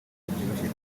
babyibushye